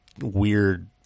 weird